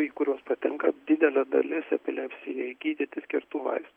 į kuriuos patenka didelė dalis epilepsijai gydyti skirtų vais